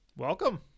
Welcome